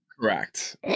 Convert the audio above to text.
Correct